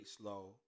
slow